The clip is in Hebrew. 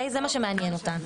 זה מה שמעניין אותנו.